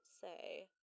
say